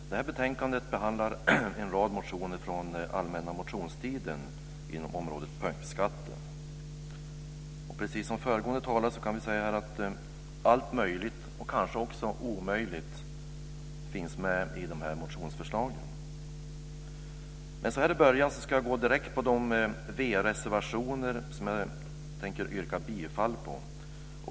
Fru talman! Det här betänkandet behandlar en rad motioner från den allmänna motionstiden inom området punktskatter. Precis som föregående talare vill jag säga att allt möjligt - och även omöjligt - finns med i motionsförslagen. Jag ska gå direkt in på de reservationer från Vänsterpartiet som jag tänker yrka bifall till.